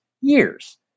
years